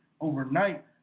overnight